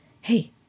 Hey